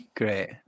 Great